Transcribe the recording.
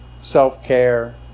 self-care